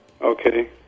Okay